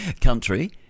country